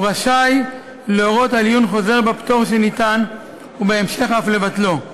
הוא רשאי להורות על עיון חוזר בפטור שניתן ובהמשך אף לבטלו.